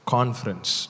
Conference